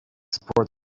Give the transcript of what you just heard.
support